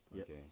okay